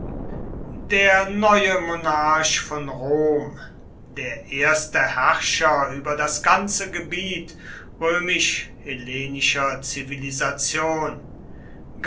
der neue monarch von rom der erste herrscher über das ganze gebiet römisch hellenischer zivilisation